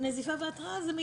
נזיפה והתראה זה מינורי.